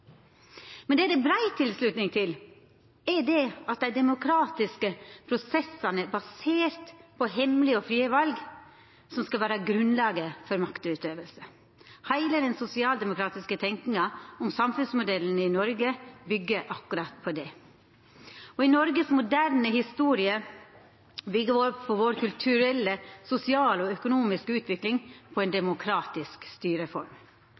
Men det som det er brei tilslutning til, er at det er dei demokratiske prosessane, baserte på hemmelege og frie val, som skal vera grunnlaget for maktutøving. Heile den sosialdemokratiske tenkinga om samfunnsmodellen i Noreg byggjer akkurat på det. I Noregs moderne historie byggjer vår kulturelle, sosiale og økonomiske utvikling på ei demokratisk styreform.